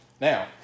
Now